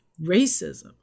racism